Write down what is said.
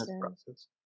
process